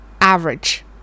Average